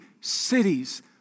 cities